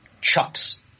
Chuck's